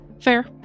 Fair